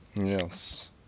Yes